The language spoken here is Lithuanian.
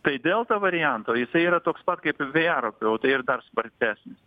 tai delta varianto jisai yra toks pat kaip vėjaraupių ir dar spartesnis